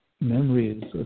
memories